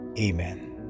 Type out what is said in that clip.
Amen